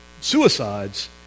suicides